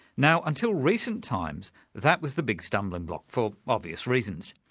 now until recent times that was the big stumbling block, for obvious reasons.